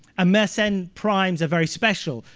ah mersenne primes are very special.